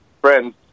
friends